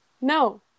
No